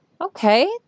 Okay